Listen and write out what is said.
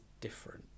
different